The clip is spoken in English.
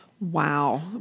Wow